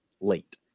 late